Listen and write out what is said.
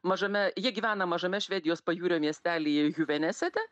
mažame jie gyvena mažame švedijos pajūrio miestelyje huvenesete